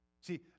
See